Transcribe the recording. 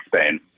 Spain